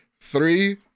Three